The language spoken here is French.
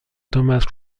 thomas